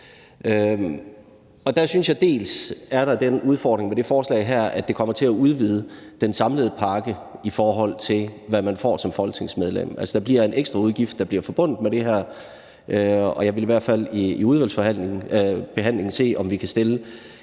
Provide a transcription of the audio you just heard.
der er den udfordring med det forslag her, at det kommer til at udvide den samlede pakke, i forhold til hvad man får som folketingsmedlem. Der bliver altså en ekstra udgift, der bliver forbundet med det her, og jeg vil i hvert fald i udvalgsbehandlingen se, om vi kan stille